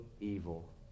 evil